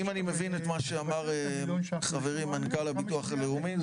אם אני מבין את מה שאמר חברי מנכ"ל הביטוח הלאומי,